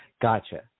Gotcha